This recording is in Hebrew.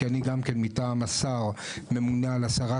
כי אני גם כן מטעם השר ממונה על הסרת